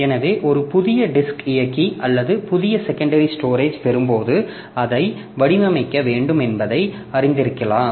எனவே ஒரு புதிய டிஸ்க் இயக்கி அல்லது புதிய செகண்டரி ஸ்டோரேஜ் பெறும்போது அதை வடிவமைக்க வேண்டும் என்பதை அறிந்திருக்கலாம்